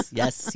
yes